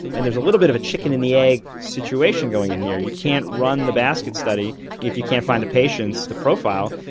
and there's a little bit of a chicken and the egg situation going on and here you can't run the basket study if you can't find the patients to profile,